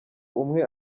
umwe